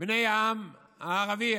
בני העם הערבי,